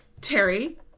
Terry